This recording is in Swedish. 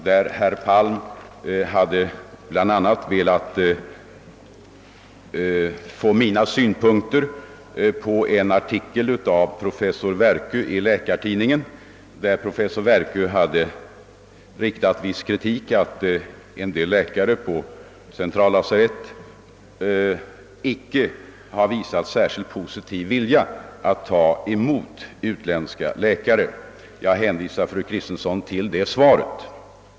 Herr Palm ville bl.a. höra mina åsikter om en artikel av professor Werkö i Läkartidningen i vilken professor Werkö hade riktat viss kritik mot en del läkare på centrallasarett och övriga lasarett av motsvarande karaktär, som icke har visat särskilt positiv vilja att ta emot utländska läkare. Jag hänvisar fru Kristensson till det svaret.